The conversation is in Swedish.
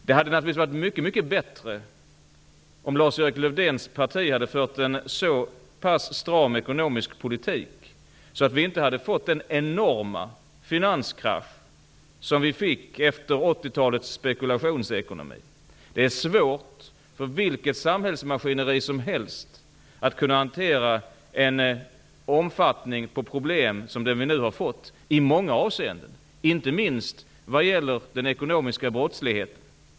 Det hade naturligtvis varit mycket bättre om Lars Erik Lövdéns parti hade fört en så pass stram ekonomisk politik att vi inte hade fått den enorma finanskrasch som vi fick efter 1980-talets spekulationsekonomi. Det är i många avseenden svårt för vilket samhällsmaskineri som helst att kunna hantera en så stor omfattning av problem som den vi nu har, inte minst vad gäller den ekonomiska brottsligheten.